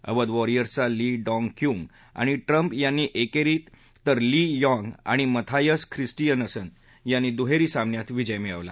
अवध वॉरियर्सचा Lee Dong Kyung आणि Trump यांनी एकेरीत तर ली याँग आणि मथायस क्रिस्टीयनसन यांनी दुहेरी सामन्यात विजय मिळवला